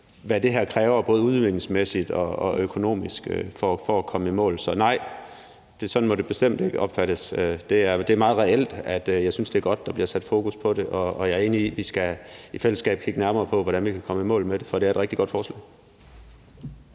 hvad det her kræver både udviklingsmæssigt og økonomisk for at komme i mål. Så nej, sådan må det bestemt ikke opfattes. Det er meget reelt, at jeg synes, det er godt, der bliver sat fokus på det, og jeg er enig i, at vi i fællesskab skal kigge nærmere på, hvordan vi kan komme i mål med det, for det er et rigtig godt forslag.